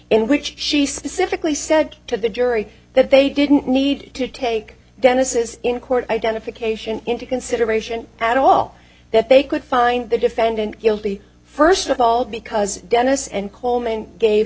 in which she specifically said to the jury that they didn't need to take dennis's in court identification into consideration at all that they could find the defendant guilty first of all because dennis and coleman gave